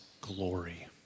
glory